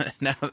now